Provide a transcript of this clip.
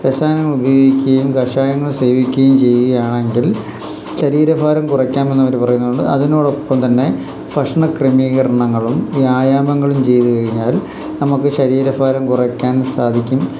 രസായനങ്ങള് ഉപയോഗിക്കുകയും കഷായങ്ങൾ സേവിക്കുകയും ചെയ്യുകയാണെങ്കിൽ ശരീരഭാരം കുറയ്ക്കാമെന്നവര് പറയുന്നുണ്ട് അതിനോടൊപ്പം തന്നെ ഭക്ഷണക്രമീകരണങ്ങളും വ്യായാമങ്ങളും ചെയ്തുകഴിഞ്ഞാൽ നമുക്കു ശരീരഭാരം കുറയ്ക്കാൻ സാധിക്കും